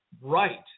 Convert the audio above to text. right